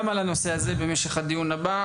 גם בקשר לדיון הזה.